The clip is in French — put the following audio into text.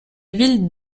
ville